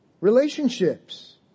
relationships